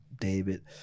David